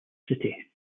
city